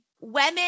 women